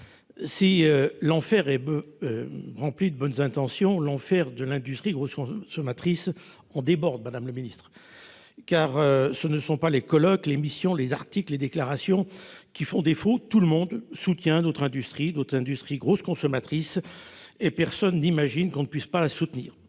Si l'enfer est pavé de bonnes intentions, l'enfer de l'industrie grosse consommatrice en déborde, car ce ne sont pas les colloques, les missions, les articles, les déclarations qui font défaut : tout le monde soutient notre industrie grosse consommatrice et personne n'imagine qu'on ne la soutienne